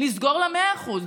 לסגור על ה-100%.